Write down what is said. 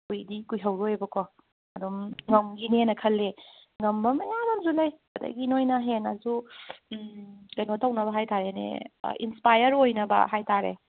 ꯀꯨꯏꯗꯤ ꯀꯨꯏꯍꯧꯔꯣꯏꯕꯀꯣ ꯑꯗꯨꯝ ꯉꯝꯒꯤꯅꯦꯅ ꯈꯜꯂꯦ ꯉꯝꯕ ꯃꯌꯥꯝ ꯑꯃꯁꯨ ꯂꯩ ꯑꯗꯒꯤ ꯅꯣꯏꯅ ꯍꯦꯟꯅꯁꯨ ꯀꯩꯅꯣ ꯇꯧꯅꯕ ꯍꯥꯏꯇꯔꯦꯅꯦ ꯏꯟꯁꯄꯥꯌꯔ ꯑꯣꯏꯅꯕ ꯍꯥꯏꯇꯔꯦ